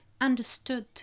understood